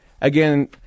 again